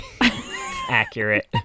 accurate